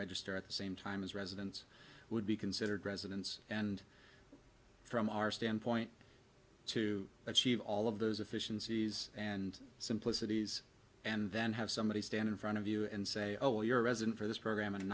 register at the same time as residents would be considered residents and from our standpoint to achieve all of those efficiencies and simplicities and then have somebody stand in front of you and say oh you're a resident for this program and